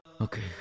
Okay